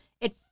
It